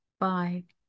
bye